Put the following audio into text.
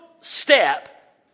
step